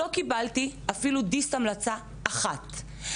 לא קיבלתי אפילו דיס-המלצה אחת.